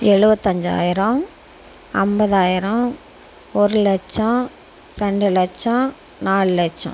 எழுவத்தஞ்சாயரம் ஐம்பதாயிரம் ஒருலட்சம் ரெண்டுலட்சம் நாலுலட்சம்